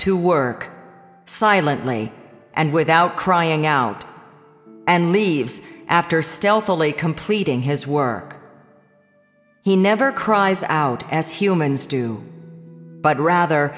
to work silently and without crying out and leaves after still fully completing his work he never cries out as humans do but rather